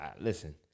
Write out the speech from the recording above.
Listen